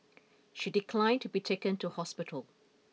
she declined to be taken to hospital